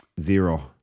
zero